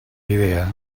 idea